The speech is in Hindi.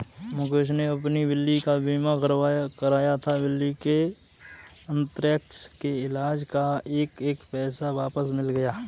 मुकेश ने अपनी बिल्ली का बीमा कराया था, बिल्ली के अन्थ्रेक्स के इलाज़ का एक एक पैसा वापस मिल गया